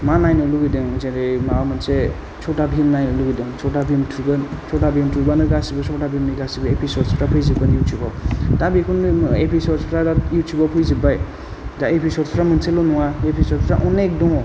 मा नायनो लुगैदों जेरै माबा मोनसे चटा भीम नायनो लुगैदों चटा भीम थुगोन चटा भीम थुबानो गासैबो चटा भीमनि गासैबो एपिसदफोरा फैजोबगोन इउटुबाव दा बेखौ नो एपिसडफ्रा दा इउटुबाव फैजोब्बाय दा एपिसद्सफोरा मोनसेल' नङा एपिसड्सफोरा अनेख दङ